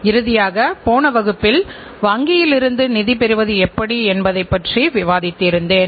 நாம் நிறுவன கட்டுப்பாட்டு முறையின் பல்வேறு கருத்துகள் குறித்து விவாதித்து வருகிறோம்